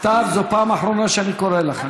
סתיו, זאת פעם אחרונה שאני קורא אותך.